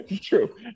True